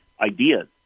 ideas